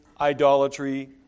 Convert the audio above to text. idolatry